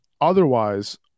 Otherwise